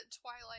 Twilight